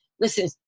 listen